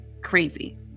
crazy